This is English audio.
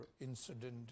incident